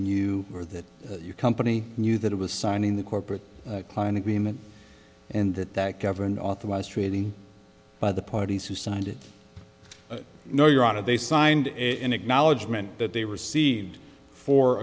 knew or that your company knew that it was signing the corporate client agreement and that that government authorized trading by the parties who signed it no your honor they signed in acknowledgment that they received fo